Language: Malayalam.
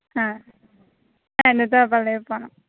ആ എന്നിട്ട് ആ പള്ളിയിൽ പോകണം